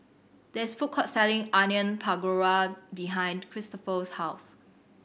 there is a food court selling Onion Pakora behind Kristofer's house